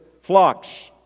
flocks